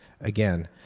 again